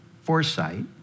foresight